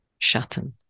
Schatten